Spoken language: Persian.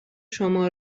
شما